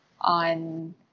on